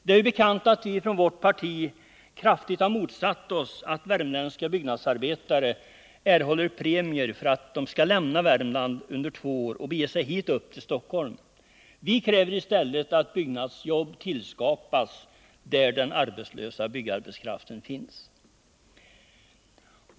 Det är bekant att vi från vårt parti kraftigt har motsatt oss att värmländska byggnadsarbetare skall erhålla premier för att lämna Värmland under två år och bege sig hit till Stockholm. Vi kräver i stället att byggnadsjobb tillskapas där den arbetslösa byggarbetskraften finns.